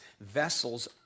vessels